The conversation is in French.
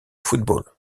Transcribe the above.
football